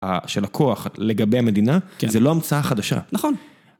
של הכוח לגבי המדינה, כי זה לא המצאה חדשה. נכון.